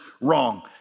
wrong